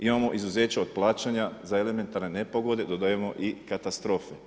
Imamo izuzeće od plaćanja za elementarne nepogode, dodajemo i katastrofe.